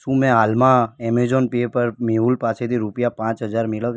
શું મેં હાલમાં ઍમેઝોન પે પર મેહુલ પાસેથી રૂપિયા પાંચ હજાર મેળવ્યા